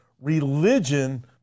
religion